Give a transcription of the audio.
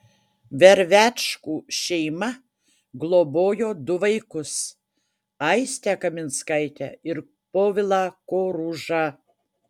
vervečkų šeima globojo du vaikus aistę kaminskaitę ir povilą koružą